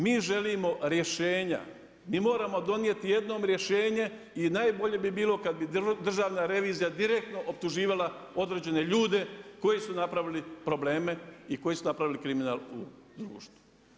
Mi želimo rješenja, mi moramo donijeti jednom rješenje i najbolje bi bilo kad bi Državna revizija direktno optuživala određene ljude koji su napravili probleme i koji su napravili kriminal u društvu.